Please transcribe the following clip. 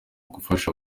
gufasha